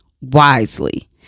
wisely